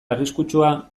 arriskutsua